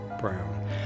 Brown